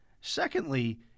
Secondly